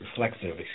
reflective